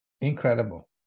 Incredible